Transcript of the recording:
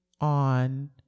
on